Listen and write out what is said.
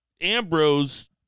Ambrose